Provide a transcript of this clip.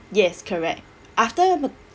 yes correct after